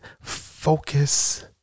focus